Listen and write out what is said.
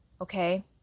okay